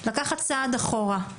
לקחת צעד אחורה.